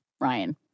Ryan